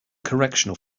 correctional